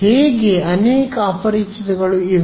ಹೇಗೆ ಅನೇಕ ಅಪರಿಚಿತಗಳು ಇವೆ